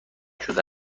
شده